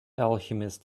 alchemist